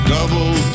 Double